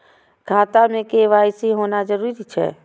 खाता में के.वाई.सी होना जरूरी छै?